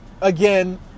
again